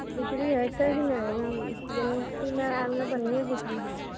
बिकरी हेतै कि नहि ई जन्माष्टमी मेलामे बढ़िएँ बिकरी होइ छै